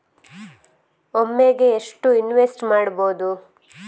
ಒಮ್ಮೆಗೆ ಎಷ್ಟು ಇನ್ವೆಸ್ಟ್ ಮಾಡ್ಬೊದು?